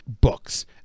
books